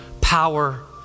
power